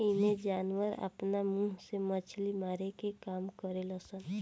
एइमें जानवर आपना मुंह से मछली मारे के काम करेल सन